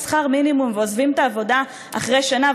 שכר מינימום ועוזבים את העבודה אחרי שנה,